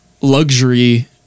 luxury